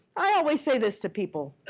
i always say this to people.